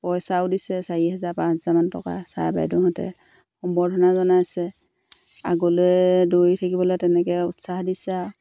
পইচাও দিছে চাৰি হাজাৰ পাঁচ হাজাৰমান টকা ছাৰ বাইদেউহঁতে সম্বৰ্ধনা জনাইছে আগলৈ দৌৰি থাকিবলৈ তেনেকৈ উৎসাহ দিছে আৰু